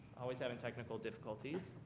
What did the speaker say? always having technical difficulties